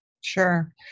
Sure